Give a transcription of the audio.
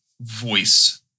voice